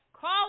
Call